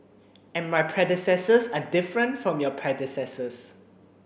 and my predecessors are different from your predecessors